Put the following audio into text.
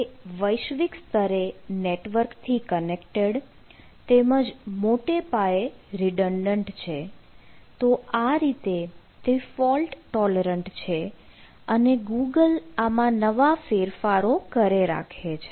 તે વૈશ્વિક સ્તરે નેટવર્ક થી કનેક્ટેડ તેમજ મોટે પાયે રીડન્ડન્ટ છે અને ગૂગલ આમાં નવા ફેરફારો કરે રાખે છે